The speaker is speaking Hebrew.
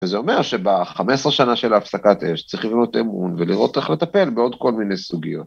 ‫וזה אומר שב-15 שנה של הפסקת אש ‫צריך לבנות אמון ‫ולראות איך לטפל בעוד כל מיני סוגיות.